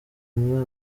muri